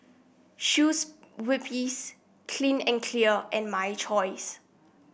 Clean and Clear and My Choice